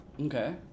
Okay